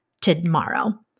tomorrow